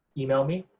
email me.